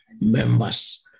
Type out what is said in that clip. members